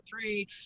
three